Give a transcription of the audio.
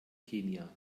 kenia